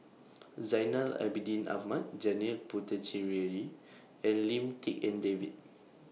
Zainal Abidin Ahmad Janil Puthucheary and Lim Tik En David